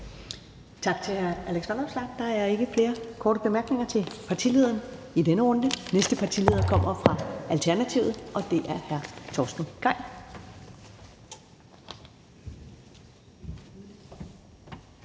Tak til hr. Alex Vanopslagh. Der er ikke flere korte bemærkninger til partilederen i denne runde. Den næste partileder kommer fra Alternativet, og det er hr. Torsten Gejl.